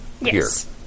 Yes